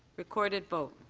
recorded vote.